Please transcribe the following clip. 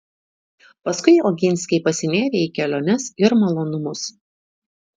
paskui oginskiai pasinėrė į keliones ir malonumus